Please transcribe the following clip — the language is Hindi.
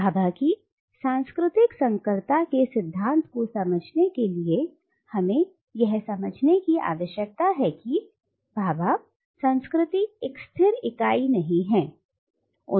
अब भाभा की सांस्कृतिक संकरता के सिद्धांत को समझने के लिए हमें यह समझने की आवश्यकता है कि भाभा संस्कृति एक स्थिर इकाई नहीं है